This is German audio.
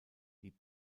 die